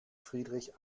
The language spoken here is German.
friedrich